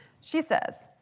she says,